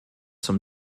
zum